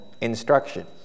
instruction